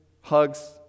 Hugs